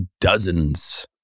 dozens